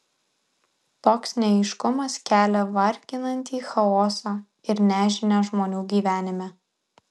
toks neaiškumas kelia varginantį chaosą ir nežinią žmonių gyvenime